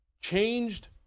Changed